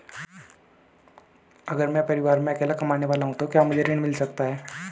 अगर मैं परिवार में अकेला कमाने वाला हूँ तो क्या मुझे ऋण मिल सकता है?